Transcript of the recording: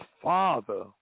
father